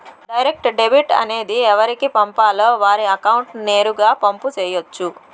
direct debit అనేది ఎవరికి పంపాలో వారి అకౌంట్ నేరుగా పంపు చేయొచ్చు